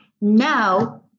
Now